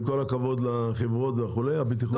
עם כל הכבוד לחברות וכולי, הבטיחות מעל הכול.